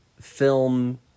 film